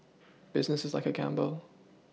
business is like a gamble